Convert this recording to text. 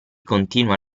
continua